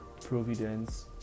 providence